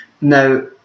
Now